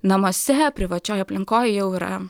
namuose privačioje aplinkoje jau yra